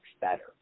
better